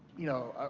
you know,